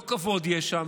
לא כבוד יש שם,